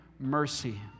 Mercy